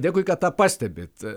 dėkui kad tą pastebit